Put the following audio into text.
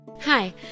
Hi